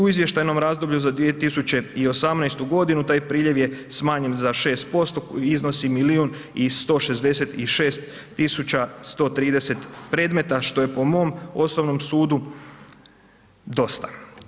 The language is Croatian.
U izvještajnom razdoblju za 2018. godinu taj priljev je smanjen za 6% i iznosi milion i 166 tisuća 130 predmeta što je po mom osobnom sudu dosta.